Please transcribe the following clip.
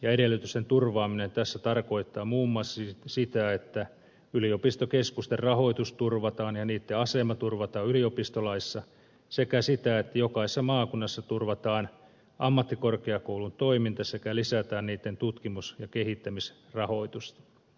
edellytysten turvaaminen tässä tarkoittaa muun muassa sitä että yliopistokeskusten rahoitus turvataan ja niitten asema turvataan yliopistolaissa sekä sitä että jokaisessa maakunnassa turvataan ammattikorkeakoulutoiminta sekä lisätään niitten tutkimus ja kehittämisrahoitusta